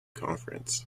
conference